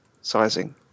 sizing